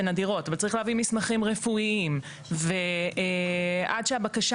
אבל צריך להביא מסמכים רפואיים ועד שהבקשה